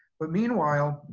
but meanwhile,